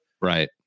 Right